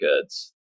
goods